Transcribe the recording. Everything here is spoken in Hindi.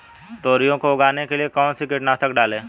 तोरियां को उगाने के लिये कौन सी कीटनाशक डालें?